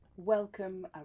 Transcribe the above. Welcome